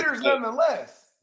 nonetheless